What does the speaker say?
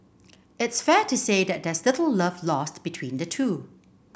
it's fair to say that there's little love lost between the two